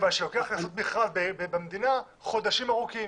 מכיוון שלוקח לעשות מכרז במדינה חודשים ארוכים,